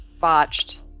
Botched